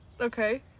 Okay